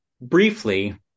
Briefly